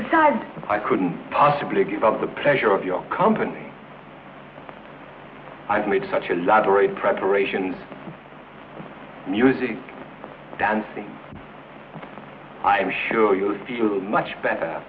god i couldn't possibly give up the pleasure of your company i've made such elaborate preparations music dancing i'm sure you'll feel much better